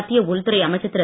மத்திய உள்துறை அமைச்சர் திரு